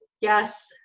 yes